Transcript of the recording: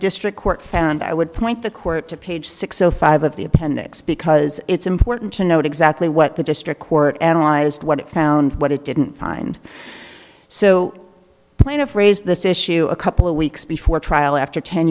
district court and i would point the court to page six o five of the appendix because it's important to know exactly what the district court analyzed what it found what it didn't find so plaintiff raised this issue a couple of weeks before trial after ten